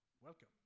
welcome